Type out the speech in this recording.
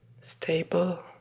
stable